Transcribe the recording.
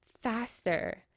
faster